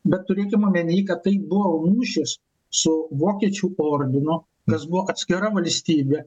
bet turėkim omeny kad tai buvo mūšis su vokiečių ordinu kas buvo atskira valstybė